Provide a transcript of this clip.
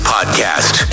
Podcast